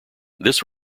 this